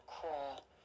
crawl